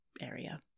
area